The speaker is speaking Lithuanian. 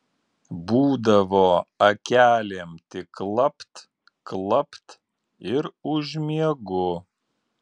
būdavo akelėm tik klapt klapt ir užmiegu